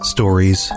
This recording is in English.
Stories